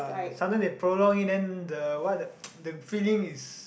uh sometime they prolong it then the what the the feeling is